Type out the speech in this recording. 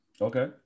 okay